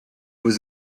was